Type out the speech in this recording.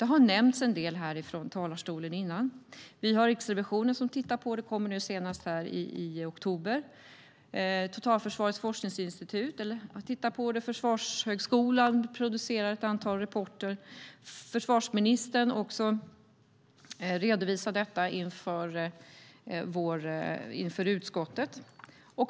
Det har nämnts en del här i talarstolen. Riksrevisionen har tittat på det och kom senast med en rapport i oktober. Totalförsvarets forskningsinstitut tittar på det. Försvarshögskolan producerar ett antal rapporter. Försvarsministern redovisade detta inför utskottet.